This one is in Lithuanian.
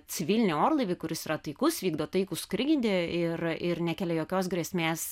civilinį orlaivį kuris yra taikus vykdo taikų skrydį ir ir nekelia jokios grėsmės